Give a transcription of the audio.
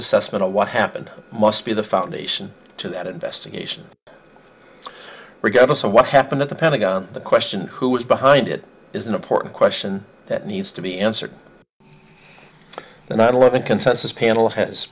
assessment of what happened must be the foundation to that investigation regardless of what happened at the pentagon the question of who was behind it is an important question that needs to be answered the nine eleven consensus panel has